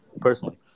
personally